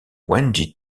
wendy